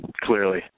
Clearly